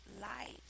life